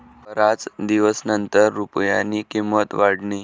बराच दिवसनंतर रुपयानी किंमत वाढनी